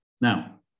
Now